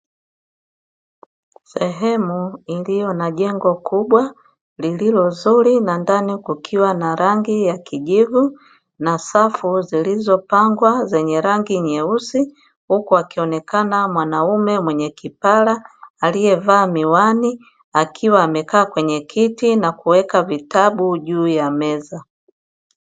Sehemu iliyo na jengo kubwa lililo zuri na ndani kukiwa na rangi ya kijivu na safu zilizopangwa zenye rangi nyeusi huku wakionekana mwanaume mwenye kipara aliyevaa miwani akiwa amekaa kwenye kiti na kuweka vitabu juu ya meza .